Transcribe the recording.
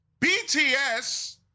BTS